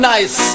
Nice